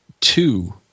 two